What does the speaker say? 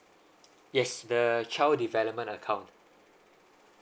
yes there a child development account